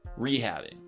rehabbing